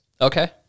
Okay